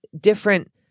different